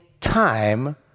time